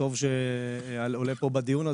שטוב שעולה פה לדיון,